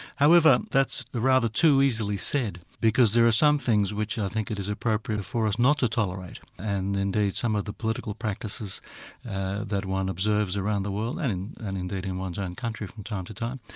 however, that's rather too easily said, because there are some things which i think it is appropriate for us not to tolerate, and indeed, some of the political practices that one observes around the world, and and indeed in one's own country from time to time,